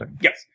Yes